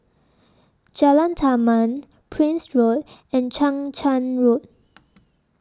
Jalan Taman Prince Road and Chang Charn Road